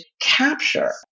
capture